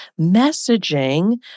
messaging